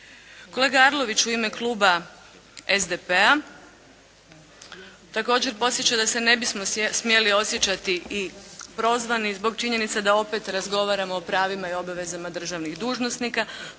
Kolega Arlović u ime kluba SDP-a također podsjeća da se ne bismo smjeli osjećati i prozvani zbog činjenica da opet razgovaramo o pravima i obavezama državnih dužnosnika.